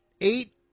eight